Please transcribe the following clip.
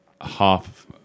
half